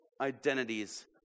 identities